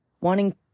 wanting